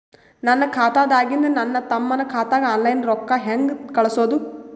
ನನ್ನ ಖಾತಾದಾಗಿಂದ ನನ್ನ ತಮ್ಮನ ಖಾತಾಗ ಆನ್ಲೈನ್ ರೊಕ್ಕ ಹೇಂಗ ಕಳಸೋದು?